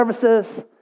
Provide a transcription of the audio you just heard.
services